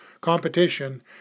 competition